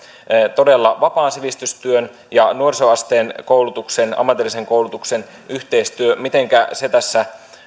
todella vapaan sivistystyön ja nuorisoasteen koulutuksen ammatillisen koulutuksen yhteistyö mitenkä se tässä